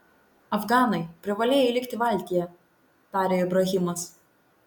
afganai privalėjai likti valtyje tarė ibrahimas